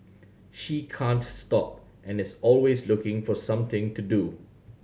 she can't stop and is always looking for something to do